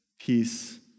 peace